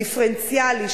דיפרנציאלי,